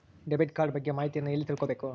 Debit card ಬಗ್ಗೆ ಮಾಹಿತಿಯನ್ನ ಎಲ್ಲಿ ತಿಳ್ಕೊಬೇಕು?